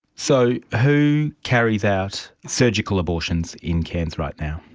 so who carries out surgical abortions in cairns right now?